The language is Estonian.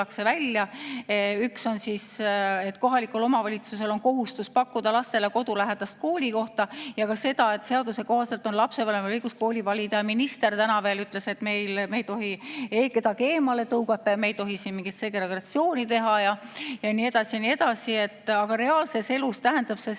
Üks on see, et kohalikul omavalitsusel on kohustus pakkuda lastele kodulähedast koolikohta, ja teine on see, et seaduse kohaselt on lapsevanemal õigus kooli valida. Minister ütles tänagi veel, et me ei tohi kedagi eemale tõugata ja me ei tohi siin mingit segregatsiooni teha ja nii edasi. Aga reaalses elus tähendab see seda,